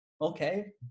Okay